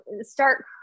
start